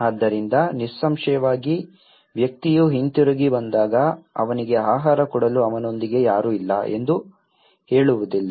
ಆದ್ದರಿಂದ ನಿಸ್ಸಂಶಯವಾಗಿ ವ್ಯಕ್ತಿಯು ಹಿಂತಿರುಗಿ ಬಂದಾಗ ಅವನಿಗೆ ಆಹಾರ ಕೊಡಲು ಅವನೊಂದಿಗೆ ಯಾರೂ ಇಲ್ಲ ಎಂದು ಹೇಳುವುದಿಲ್ಲ